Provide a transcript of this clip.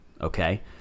okay